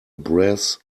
brass